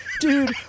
dude